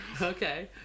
Okay